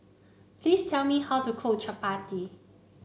please tell me how to cook Chapati